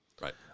right